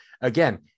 again